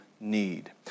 Need